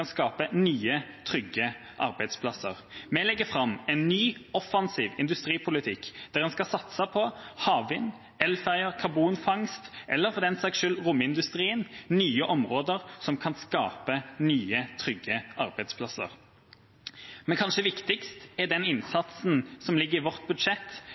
skape nye, trygge arbeidsplasser. Vi legger fram en ny, offensiv industripolitikk der en skal satse på havvind, elferjer, karbonfangst eller for den saks skyld romindustrien – nye områder som kan skape nye, trygge arbeidsplasser. Men kanskje viktigst er den innsatsen som ligger i vårt budsjett